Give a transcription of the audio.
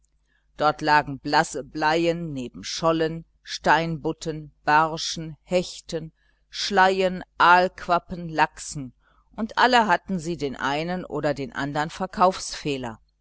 dort lagen blasse bleien neben schollen steinbutten barschen hechten schleien aalquappen lachsen und alle hatten sie den einen oder den andern